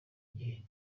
gihe